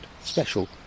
special